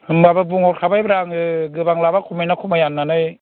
होनब्लाबो बुंहरखाबायब्रा आङो गोबां लाबा खमायोना खमाया होननानै